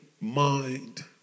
mind